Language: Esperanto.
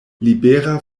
libera